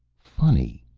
funny,